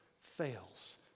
fails